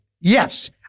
Yes